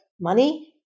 money